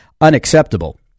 unacceptable